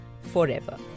forever